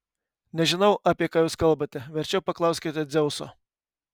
nežinau apie ką jūs kalbate verčiau paklauskite dzeuso